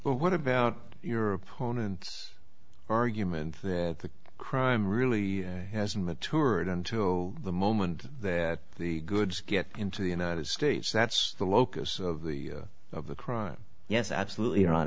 or what about your opponent's argument that the crime really hasn't matured until the moment the goods get into the united states that's the locus of the of the crime yes absolutely